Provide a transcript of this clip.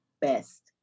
best